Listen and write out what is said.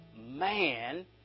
man